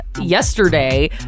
yesterday